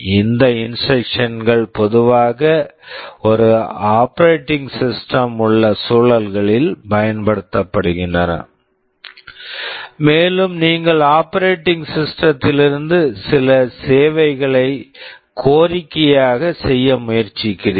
இந்த instructions instruction கள் பொதுவாக ஒரு ஆப்பரேட்டிங் சிஸ்டம் operating system உள்ள சூழல்களில் பயன்படுத்தப்படுகின்றன மேலும் நீங்கள் ஆப்பரேட்டிங் சிஸ்டம் operating system திலிருந்து சில சேவைகளை கோரிக்கையாக செய்ய முயற்சிக்கிறீர்கள்